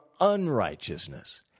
unrighteousness